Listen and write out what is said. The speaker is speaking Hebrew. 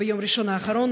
ביום ראשון האחרון,